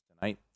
tonight